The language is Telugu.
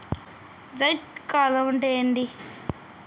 జైద్ కాలం అంటే ఏంది?